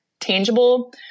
tangible